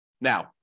Now